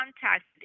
contacted